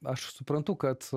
aš suprantu kad